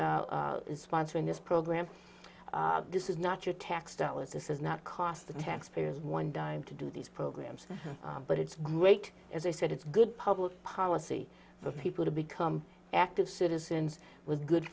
is sponsoring this program this is not your tax dollars this is not cost the taxpayers one dime to do these programs but it's great as i said it's good public policy for people to become active citizens with good